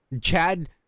Chad